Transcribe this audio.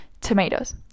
tomatoes